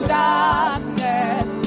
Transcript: darkness